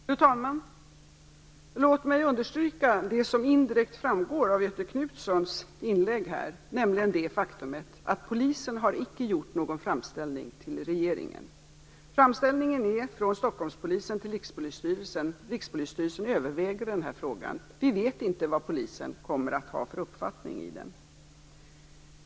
Fru talman! Låt mig understryka det som indirekt framgår av Göthe Knutsons inlägg, nämligen det faktum att polisen icke har gjort någon framställning till regeringen. Framställningen har gjorts från Stockholmspolisen till Rikspolisstyrelsen. Rikspolisstyrelsen överväger denna fråga. Vi vet inte vad polisen kommer att ha för uppfattning.